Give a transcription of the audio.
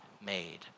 made